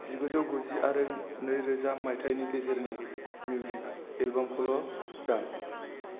जिगुजौ गुजि आरो नै रोजा मायथाइनि गेजेरनि मिउजिक एलबामखौल' दाम